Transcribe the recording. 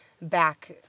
back